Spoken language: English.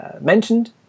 mentioned